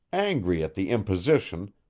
angry at the imposition,